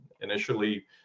initially